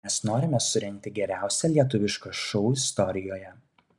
mes norime surengti geriausią lietuvišką šou istorijoje